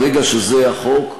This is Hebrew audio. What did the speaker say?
ברגע שזה החוק,